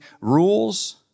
rules